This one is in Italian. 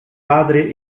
padre